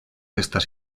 estas